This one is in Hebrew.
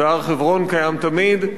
והר-חברון קיים תמיד,